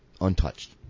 untouched